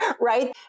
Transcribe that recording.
right